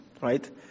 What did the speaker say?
right